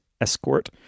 escort